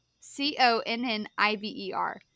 C-O-N-N-I-V-E-R